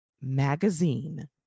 Magazine